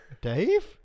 Dave